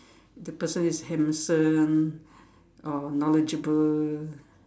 the person is handsome or knowledgeable